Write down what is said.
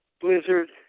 blizzard